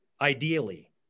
ideally